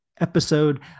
episode